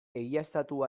egiaztatu